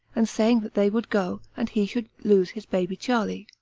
and saying that they would go, and he should lose his baby charley.